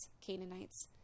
Canaanites